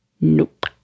Nope